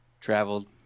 traveled